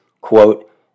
quote